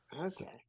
Okay